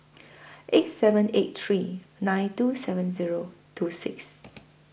eight seven eight three nine two seven Zero two six